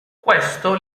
questo